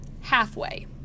halfway